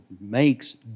makes